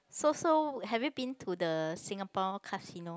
so so have you been to the Singapore casino